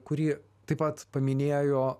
kurį taip pat paminėjo